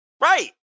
Right